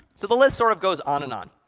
so the list sort of goes on and on.